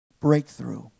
Breakthrough